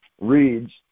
reads